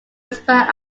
expire